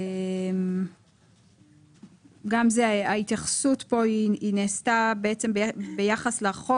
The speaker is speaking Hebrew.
גם ההתייחסות פה נעשתה ביחס לחוק,